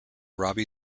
robbie